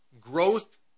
growth